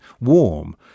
warm